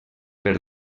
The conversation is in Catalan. per